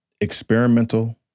experimental